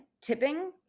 tipping